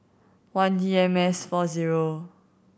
one D M S four zero